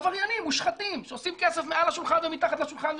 עבריינים מושחתים שעושים כסף מעל השולחן ומתחת לשולחן,